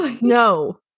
No